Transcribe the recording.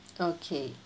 okay